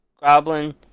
Goblin